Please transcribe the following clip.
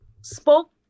spoke